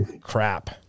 crap